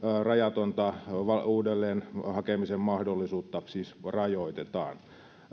rajatonta uudelleenhakemisen mahdollisuutta siis rajoitetaan